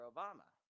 Obama